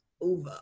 over